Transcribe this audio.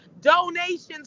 donations